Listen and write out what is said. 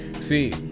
see